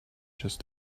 just